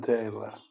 Taylor